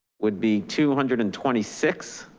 would be two hundred and twenty six.